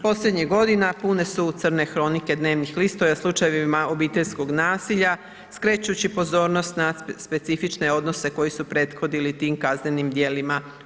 Posljednjih godina pune su crne kronike dnevnih listova o slučajevima obiteljskog nasilja skrećući pozornost na specifične odnose koji su prethodili tim kaznenim djelima.